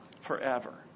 forever